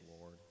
Lord